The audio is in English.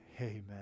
amen